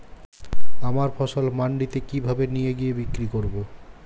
আমার ফসল মান্ডিতে কিভাবে নিয়ে গিয়ে বিক্রি করব?